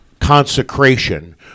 consecration